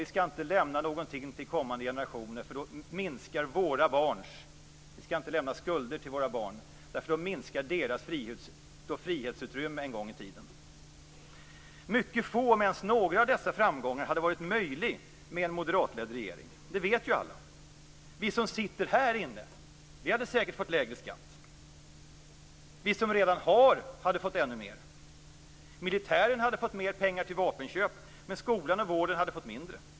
Vi skall inte lämna några skulder till kommande generationer, för då minskar våra barns frihetsutrymme. Mycket få, om ens några av dessa framgångar, hade varit möjliga med ett moderatledd regering. Det vet ju alla. Vi som sitter här hade säkert fått lägre skatt. Vi som redan har hade fått ännu mer. Militären hade fått mer pengar till nya vapenköp, men skolan och vården hade fått mindre.